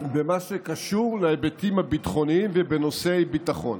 במה שקשור להיבטים הביטחוניים ובנושאי ביטחון.